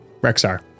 rexar